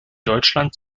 deutschland